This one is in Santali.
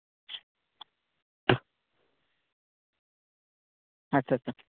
ᱟᱪᱪᱷᱟ ᱟᱪᱪᱷᱟ